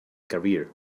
career